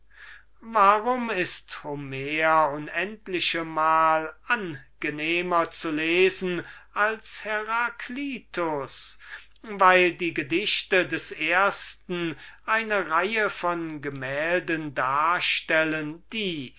warum ist homer unendlich mal angenehmer zu lesen als heraclitus weil die gedichte des ersten eine reihe von gemälden darstellen die